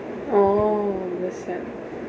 oh that's sad